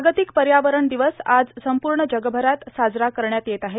जागतिक पर्यावरण दिवस आज संपूर्ण जगभरात साजरा करण्यात येत आहे